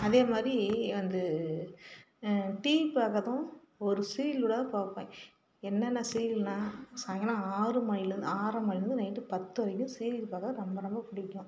அதே மாதிரி வந்து டிவி பார்க்கறதும் ஒரு சீரியல் விடாம பார்ப்பேன் என்னென்ன சீரியல்னால் சாய்ங்காலம் ஆறு மணிலேருந்து ஆறு மணிலேருந்து நைட்டு பத்து வரைக்கும் சீரியல் பார்க்க ரொம்ப ரொம்பப் பிடிக்கும்